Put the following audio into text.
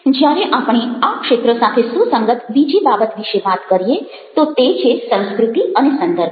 જ્યારે આપણે આ ક્ષેત્ર સાથે સુસંગત બીજી બાબત વિશે વાત કરીએ તો તે છે સંસ્કૃતિ અને સંદર્ભ